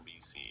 BC